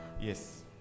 yes